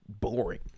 boring